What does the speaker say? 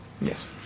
Yes